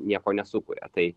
nieko nesukuria tai